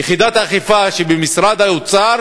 יחידת האכיפה שבמשרד האוצר